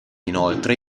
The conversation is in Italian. inoltre